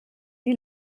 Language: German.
die